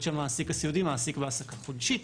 שהמעסיק הסיעודי מעסיק בהעסקה חודשית.